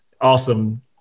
awesome